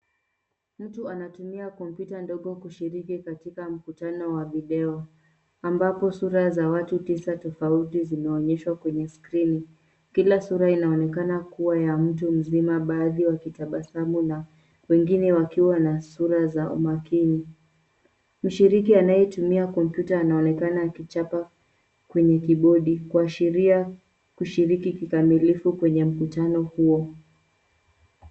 Mtu anatumia kompyuta ndogo kushiriki katika mkutano wa video ambapo sura za watu tisa tofauti zinaonyeshwa kwenye skirini. Kila sura inaonekana kuwa ya mtu mzima baadhi wakitabasamu na wengine wakiwa na sura za umakini. Mshiriki anayetumia kompyuta anaonekana akichapa kwenye kibodi kuashiria kushiriki kikamilifu kwenye mkutano huo.